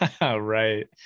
right